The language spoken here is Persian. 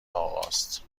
آقاست